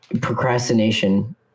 procrastination